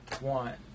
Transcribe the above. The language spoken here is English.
want